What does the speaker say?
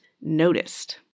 noticed